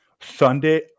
Sunday